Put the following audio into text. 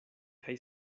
kaj